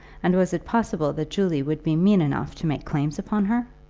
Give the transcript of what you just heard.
and was it possible that julie would be mean enough to make claims upon her?